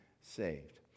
saved